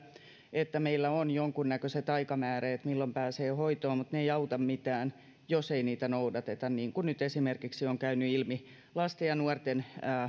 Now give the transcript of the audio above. että meillä on jonkunnäköiset aikamääreet milloin pääsee hoitoon mutta ne eivät auta mitään jos ei niitä noudateta niin kuin nyt on käynyt ilmi esimerkiksi lasten ja nuorten